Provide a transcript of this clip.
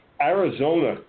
Arizona